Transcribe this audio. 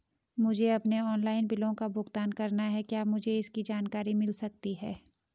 मुझे अपने ऑनलाइन बिलों का भुगतान करना है क्या मुझे इसकी जानकारी मिल सकती है?